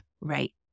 right